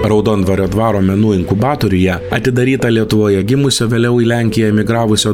raudondvario dvaro menų inkubatoriuje atidaryta lietuvoje gimusio vėliau į lenkiją emigravusio